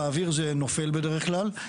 באוויר זה נופל בדרך כלל.